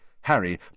Harry